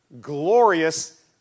glorious